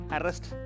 arrest